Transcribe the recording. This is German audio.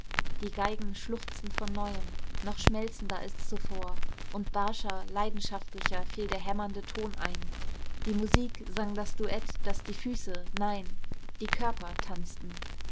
die geigen schluchzten von neuem noch schmelzender als zuvor und barscher leidenschaftlicher fiel der hämmernde ton ein die musik sang das duett das die füße nein die körper tanzten